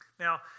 Now